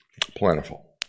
plentiful